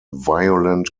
violent